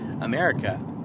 America